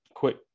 quick